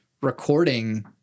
recording